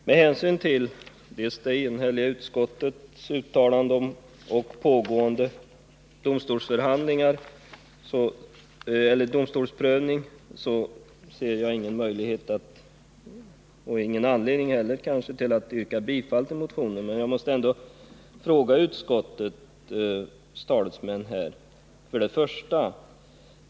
Med hänsyn till dels det enhälliga utskottsuttalandet, dels pågående domstolsprövning yrkar jag inte bifall till motionen, men jag måste ändå ställa ett par frågor till utskottets talesmän. 1.